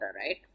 right